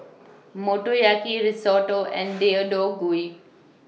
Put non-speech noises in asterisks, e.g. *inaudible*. Motoyaki Risotto and *noise* Deodeok Gui